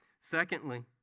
Secondly